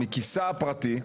מכיסה הפרטי.